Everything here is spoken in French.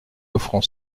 offrant